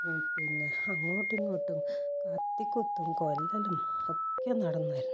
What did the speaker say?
പിന്നെ അങ്ങോട്ടും ഇങ്ങോട്ടും കത്തിക്കുത്തും കൊല്ലലും ഒക്കെ നടന്നായിരുന്നു